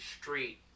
street